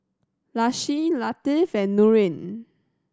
Lasih Latif and Nurin